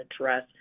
address